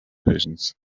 patience